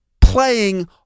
playing